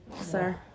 sir